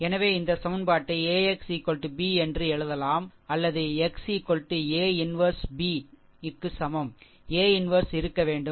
எனவே இந்த சமன்பாட்டை AX B என்று எழுதலாம் அல்லது x A 1 B க்கு சமம் A 1 இருக்க வேண்டும்